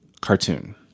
cartoon